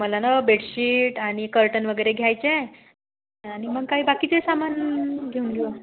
मला ना बेटशिट आणि कर्टन वगैरे घ्यायचे आहे आणि मग काही बाकीचंही सामान घेऊन घेऊ